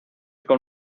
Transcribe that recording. con